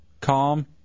calm